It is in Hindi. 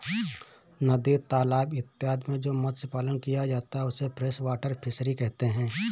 नदी तालाब इत्यादि में जो मत्स्य पालन किया जाता है उसे फ्रेश वाटर फिशरी कहते हैं